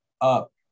up